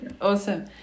Awesome